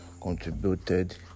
contributed